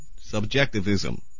Subjectivism